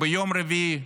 ביום רביעי,